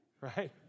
right